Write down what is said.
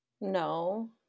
No